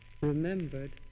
remembered